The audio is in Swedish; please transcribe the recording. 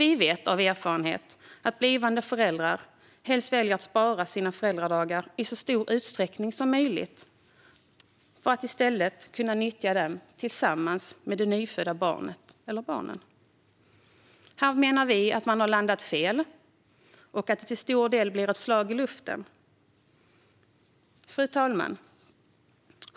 Vi vet av erfarenhet att blivande föräldrar väljer att spara sina föräldradagar i så stor utsträckning som möjligt för att kunna nyttja dem tillsammans med det nyfödda barnet eller barnen. Vi menar därför att man har landat fel och att förslaget till stor del blir ett slag i luften. Fru talman!